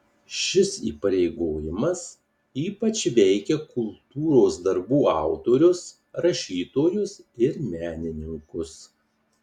šis įpareigojimas ypač veikia kultūros darbų autorius rašytojus ir menininkus